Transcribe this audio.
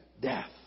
death